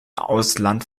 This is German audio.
ausland